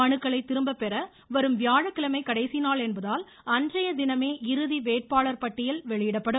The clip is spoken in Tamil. மனுக்களை திரும்பப்பெற வரும் வியாழக்கிழமை கடைசி நாள் என்பதால் அன்றைய தினமே இறுதி வேட்பாளர் பட்டியல் வெளியிடப்படும்